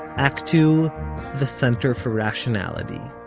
act two the center for rationality.